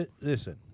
Listen